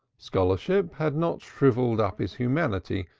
scholarship had not shrivelled up his humanity,